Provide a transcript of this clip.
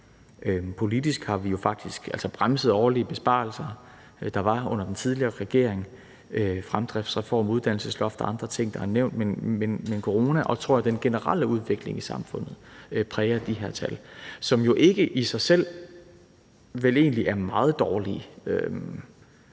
Politisk har vi jo faktisk bremset de årlige besparelser, der var under den tidligere regering: fremdriftsreform, uddannelsesloft og andre ting, der er nævnt. Men corona og, tror jeg, den generelle udvikling i samfundet præger de her tal, som vel egentlig ikke i sig selv er meget dårlige.